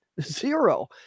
Zero